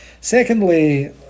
Secondly